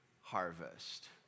harvest